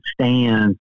stand